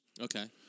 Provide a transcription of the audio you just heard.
Okay